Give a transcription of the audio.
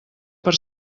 per